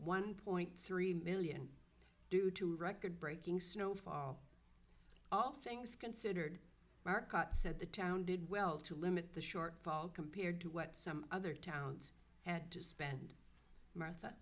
one point three million due to record breaking snowfall all things considered mark said the town did well to limit the shortfall compared to what some other towns and to spend martha